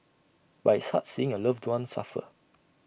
but it's hard seeing your loved one suffer